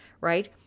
right